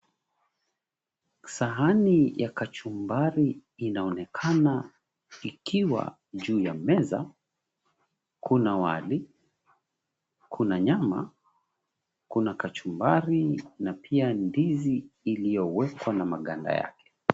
Sahani ya kachumbari inaonekana ikiwa juu ya meza, kuna wali, kuna nyama, kuna kachumbari, na pia ndizi iliyowekwa na maganda yake.